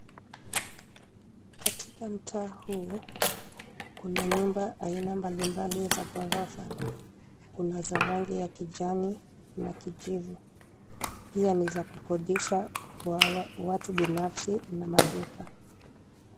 Katika mtaa huu, kuna nyumba aina mbalimbali za ghorofa, kuna za rangi za kijani na kijivu, na pia ni za kukodisha kwa watu binafsi na maduka.